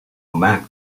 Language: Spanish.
mad